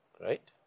Right